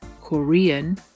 Korean